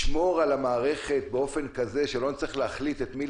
לשמור על המערכת באופן כזה שלא נצטרך להחליט את מי